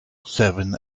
seven